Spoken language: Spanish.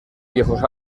viejos